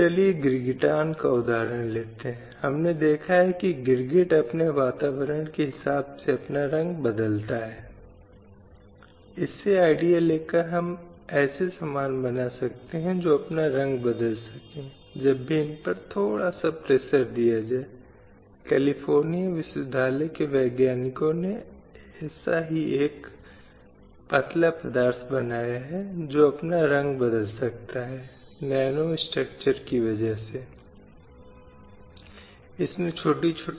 लेकिन अगर कोई सेक्टरों में देखें तो हर स्थिति में एक अंतर मिलेगा जो वेतन संरचना में प्रिय है जो एक पुरुष और एक महिला के लिए मौजूद है इसलिए कहीं न कहीं एक पुरुष को एक महिला की तुलना में बहुत अधिक भुगतान किया गया है और यह आंकड़े आकस्मिक श्रमिकों और अन्य श्रमिकों के संबंध में बताते हैं कि एक अंतर न केवल ग्रामीण स्तर पर बल्कि शहरी स्तर पर भी मौजूद है